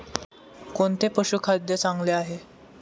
कोणते पशुखाद्य चांगले आहे?